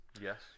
Yes